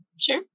Sure